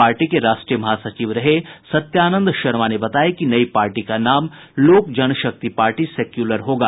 party के राष्ट्रीय महासचिव रहे सत्यानंद शर्मा बताया कि नई पार्टी का नाम लोक जनशक्ति पार्टी सेक्युलर होगा